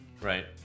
Right